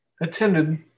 attended